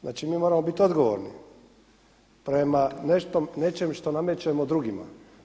Znači mi moramo bit odgovorni prema nečem što namećemo drugima.